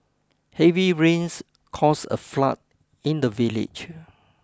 heavy rains caused a flood in the village